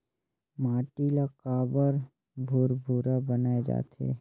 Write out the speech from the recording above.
माटी ला काबर भुरभुरा बनाय जाथे?